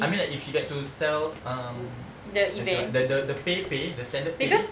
I mean like if she get to sell um that's what the the pay pay the standard pay